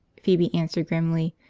phoebe answered grimly.